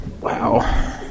Wow